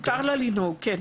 מותר לה לנהוג, כן.